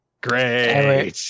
Great